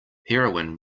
heroin